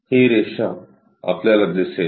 ही रेषा आपल्याला दिसेल